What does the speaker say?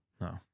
No